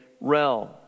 realm